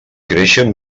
creixen